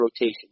rotation